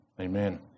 Amen